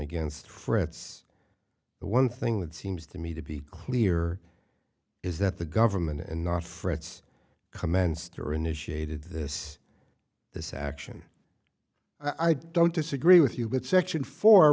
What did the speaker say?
against frets the one thing that seems to me to be clear is that the government and not frets commenced or initiated this this action i don't disagree with you but section fo